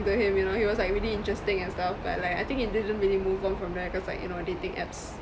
to him you know he was like really interesting and stuff but like I think it didn't really move on from there because like you know dating apps